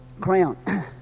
crown